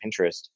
Pinterest